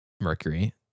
mercury